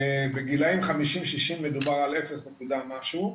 בגילאים חמישים-שישים מדובר על אפס נקודה משהו.